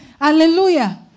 Hallelujah